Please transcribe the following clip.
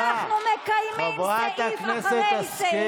אז היא עוברת לוועדת הכנסת להכרעה.